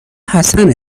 حسن